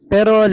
Pero